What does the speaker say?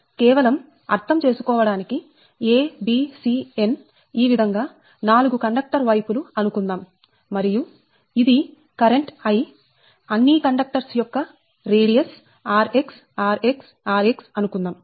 కేవలం అర్థం చేసుకోవడానికి a b c n ఈ విధం గా నాలుగు కండక్టర్ వైపు అనుకుందాం మరియు ఇది కరెంట్ I అన్నీ కండక్టర్స్ యొక్క radius r x r x r x అనుకుందాం